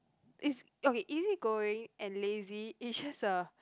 is okay easy going and lazy it's just a